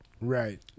Right